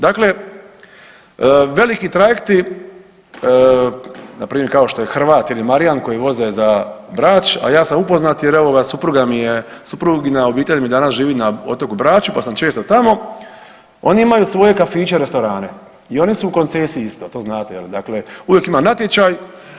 Dakle, veliki trajekti npr. kao što je Hrvat ili Marijan koji voze za Brač, a ja sam upoznat jer evo ga supruga mi je, suprugina obitelj mi danas živi na otoku Braču pa sam često tamo, oni imaju svoje kafiće, restorane i oni su u koncesiji isti, to znate je li, dakle uvijek ima natječaj.